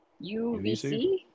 UVC